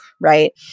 right